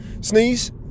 sneeze